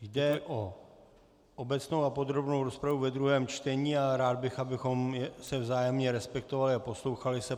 Jde o obecnou a podrobnou rozpravu ve druhém čtení a rád bych, abychom se vzájemně respektovali a poslouchali se.